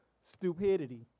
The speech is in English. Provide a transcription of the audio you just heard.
stupidity